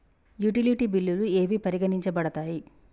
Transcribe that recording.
Utility బిల్లులు ఏవి పరిగణించబడతాయి?